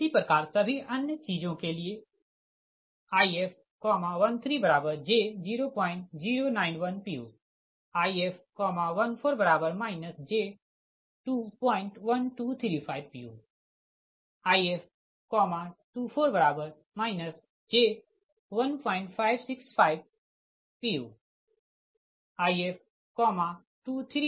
इसी प्रकार सभी अन्य चीजों के लिए If13j0091 puIf14 j21235 puIf24 j1565j puIf23 j00885 pu